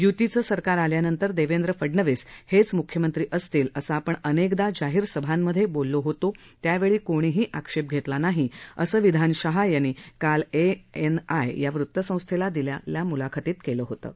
य्तीचं सरकार आल्यानंतर देवेंद्र फडणवीस हेच मुख्यमंत्री असतील असं आपण अनेकदा जाहीर सभांमधे बोललो होतो त्यावेळी कोणीही आक्षेप घेतला नाही असं विधान शाह यांनी काल एएनआय या वृतसंस्थेला दिलेल्या मुलाखतीत केलं होतं